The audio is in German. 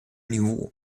niveau